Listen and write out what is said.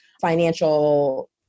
financial